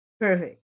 perfect